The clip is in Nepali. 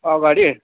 अगाडि